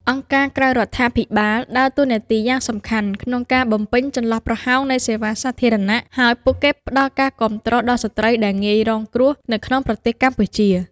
អង្គការក្រៅរដ្ឋាភិបាលដើរតួនាទីយ៉ាងសំខាន់ក្នុងការបំពេញចន្លោះប្រហោងនៃសេវាសាធារណៈ ហើយពួកគេផ្តល់ការគាំទ្រដល់ស្ត្រីដែលងាយរងគ្រោះនៅក្នុងប្រទេសកម្ពុជា។